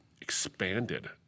expanded